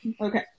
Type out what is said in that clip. okay